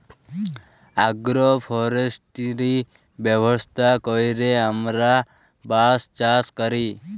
agro forestry ব্যবস্থা ক্যইরে আমরা বাঁশ চাষ ক্যরি